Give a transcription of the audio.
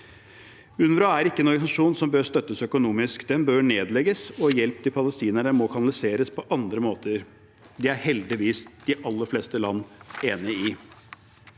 UNRWA er ikke en organisasjon som bør støttes økonomisk. Den bør nedlegges, og hjelp til palestinerne må kanaliseres på andre måter. Det er heldigvis de aller fleste land enig i.